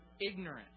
ignorant